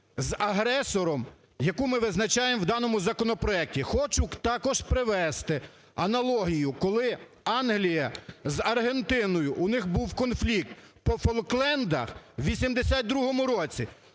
з агресором, яку ми визначаємо у даному законопроекті. Хочу також привести аналогію, коли Англія з Аргентиною, у них був конфлікт по Фолклендах у 82-му році,